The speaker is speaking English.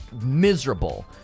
miserable